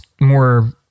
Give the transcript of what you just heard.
more